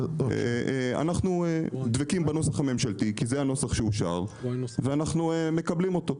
אנחנו דבקים בנוסח הממשלתי כי זה הנוסח שאושר ואנחנו מקבלים אותו.